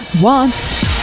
want